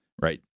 right